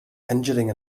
injuring